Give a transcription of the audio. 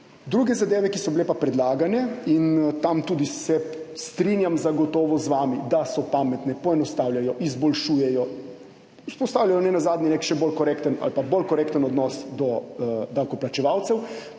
Druge zadeve, ki so bile predlagane in kjer se zagotovo strinjam z vami, da so pametne, poenostavljajo, izboljšujejo, vzpostavljajo nenazadnje nek še bolj korekten ali pa bolj korekten odnos do davkoplačevalcev,